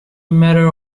matter